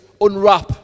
unwrap